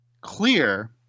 clear